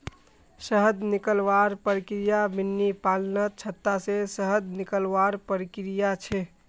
शहद निकलवार प्रक्रिया बिर्नि पालनत छत्ता से शहद निकलवार प्रक्रिया छे